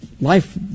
life